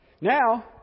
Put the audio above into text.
Now